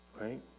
right